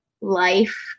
life